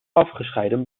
afgescheiden